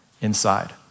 inside